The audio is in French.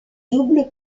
double